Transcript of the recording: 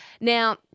Now